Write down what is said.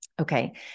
Okay